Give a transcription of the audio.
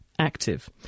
active